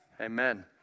amen